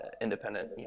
independent